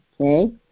okay